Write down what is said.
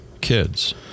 kids